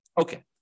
Okay